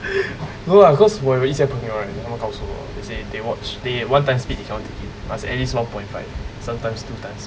no lah because 我有一些朋友 right 他们告诉我 say they watch they one speed they cannot take it must at least one point five sometimes two times